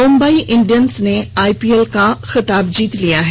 Mumbai Indians ने IPL का खिताब जीत लिया है